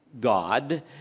God